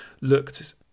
looked